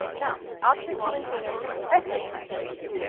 now after commandino's impressive translation,